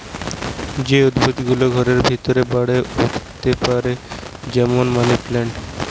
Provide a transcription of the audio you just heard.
যে উদ্ভিদ গুলা ঘরের ভিতরে বেড়ে উঠতে পারে যেমন মানি প্লান্ট